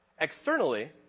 externally